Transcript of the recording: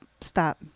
stop